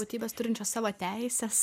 būtybės turinčios savo teises